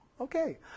okay